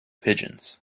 pigeons